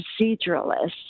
proceduralists